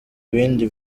bindi